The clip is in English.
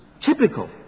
typical